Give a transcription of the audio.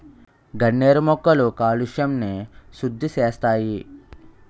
గన్నేరు మొక్కలు కాలుష్యంని సుద్దిసేస్తాయి